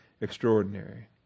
extraordinary